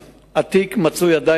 פקח מהמינהל האזרחי דרס